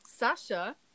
Sasha